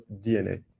DNA